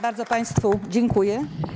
Bardzo państwu dziękuję.